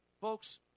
folks